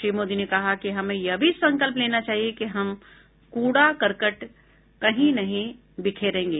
श्री मोदी ने कहा कि हमें यह भी संकल्प लेना चाहिए कि हम कूड़ा करकट नहीं बिखेरेंगे